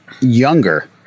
younger